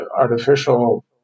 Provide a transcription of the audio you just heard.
artificial